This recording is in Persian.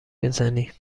میزنی